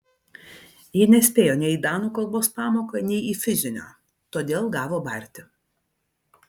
ji nespėjo nei į danų kalbos pamoką nei į fizinio todėl gavo barti